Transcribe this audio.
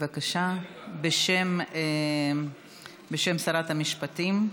בבקשה, בשם שרת המשפטים.